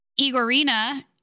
Igorina